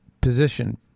position